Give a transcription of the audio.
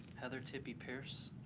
heather tippey pierce,